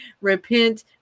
Repent